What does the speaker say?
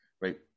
right